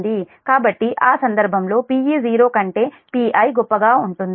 కాబట్టి ఆ సందర్భంలో Peo కంటే Pi గొప్పగా ఉంటుంది